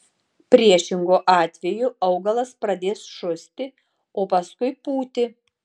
priešingu atveju augalas pradės šusti o paskui pūti